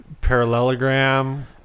parallelogram